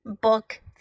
Book